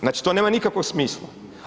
Znači to nema nikakvog smisla.